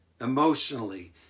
emotionally